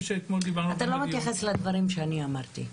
אתה לא מתייחס לדברים שאני אמרתי.